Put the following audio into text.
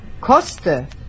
koste